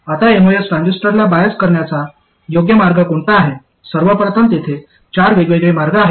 आता एमओएस ट्रान्झिस्टरला बायस करण्याचा योग्य मार्ग कोणता आहे सर्वप्रथम तेथे चार वेगवेगळे मार्ग आहेत